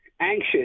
anxious